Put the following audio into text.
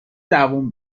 دووم